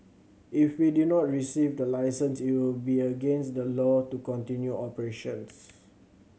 if we do not receive the license it will be against the law to continue operations